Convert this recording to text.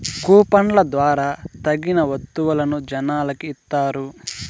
కూపన్ల ద్వారా తగిలిన వత్తువులను జనాలకి ఇత్తారు